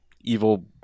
evil